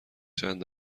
چند